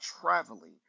traveling